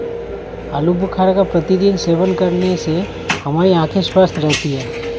आलू बुखारा का प्रतिदिन सेवन करने से हमारी आंखें स्वस्थ रहती है